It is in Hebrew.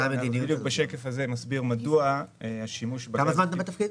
השקף הזה מראה מדוע השימוש בגז --- כמה זמן אתה בתפקיד?